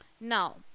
Now